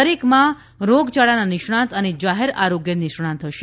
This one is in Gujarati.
દરેકમાં રોગચાળાના નિષ્ણાત અને જાહેર આરોગ્ય નિષ્ણાત હશે